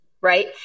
right